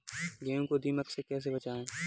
गेहूँ को दीमक से कैसे बचाएँ?